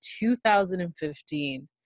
2015